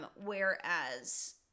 whereas